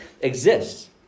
exists